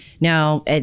Now